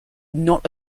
not